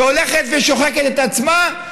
והולכת ושוחקת את עצמה,